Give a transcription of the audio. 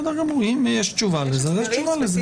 אם יש תשובה לזה, אז יש תשובה לזה.